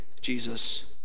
Jesus